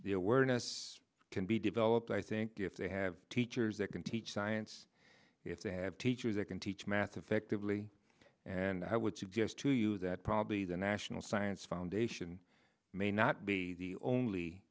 the awareness can be developed i think if they have teachers that can teach science if they have teachers that can teach math effectively and i would suggest to you that probably the national science foundation may not be the only